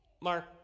Mark